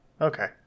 okay